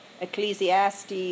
Ecclesiastes